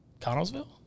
Connellsville